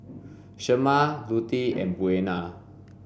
Shemar Lutie and Buena